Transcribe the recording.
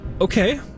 Okay